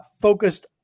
focused